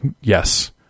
yes